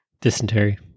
Dysentery